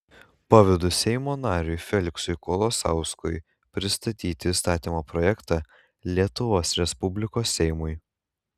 pavedu seimo nariui feliksui kolosauskui pristatyti įstatymo projektą lietuvos respublikos seimui